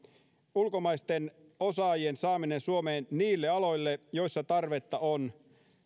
ulkomaisten osaajien saamista suomeen niille aloille joilla tarvetta on